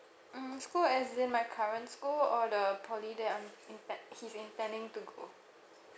mm school as in my current school or the poly that I'm inten~ he's intending to go